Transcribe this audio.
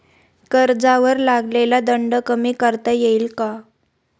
कर्जावर लागलेला दंड कमी करता येईल का?